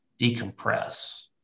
decompress